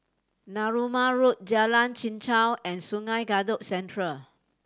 Narooma Road Jalan Chichau and Sungei Kadut Central